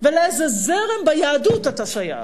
ולאיזה זרם ביהדות אתה שייך.